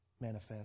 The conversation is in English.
manifest